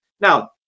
Now